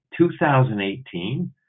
2018